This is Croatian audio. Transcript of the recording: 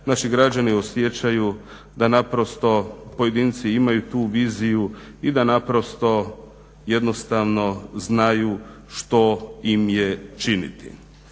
Naši građani osjećaju da naprosto pojedinci imaju tu viziju i da naprosto jednostavno znaju što im je činiti.